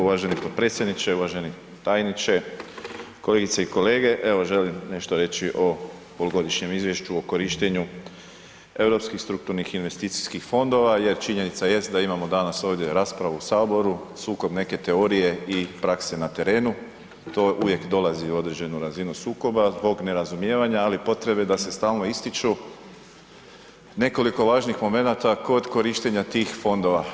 Uvaženi potpredsjedniče, uvaženi tajniče, kolegice i kolege, evo želim nešto reći o polugodišnjem izvješću o korištenju europskih strukturnih investicijskih fondova jer činjenica jest da imamo danas ovdje raspravu u Saboru sukob neke teorije i prakse na terenu, to uvijek dolazi u određenu razinu sukoba zbog nerazumijevanja ali i potrebe da se stalno ističu nekoliko važnih momenata kod korištenja tih fondova.